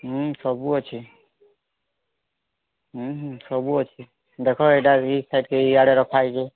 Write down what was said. ହୁଁ ସବୁ ଅଛି ହୁଁ ହୁଁ ସବୁ ଅଛି ଦେଖ ଏଇଟା ବି ଥାକେ ଇୟାଡ଼େ ରଖା ହେଇଛି